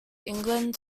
england